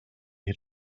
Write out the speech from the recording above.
had